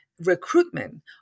recruitment